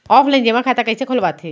Offline जेमा खाता कइसे खोलवाथे?